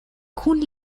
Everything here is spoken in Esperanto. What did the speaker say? kun